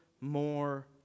more